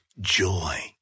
joy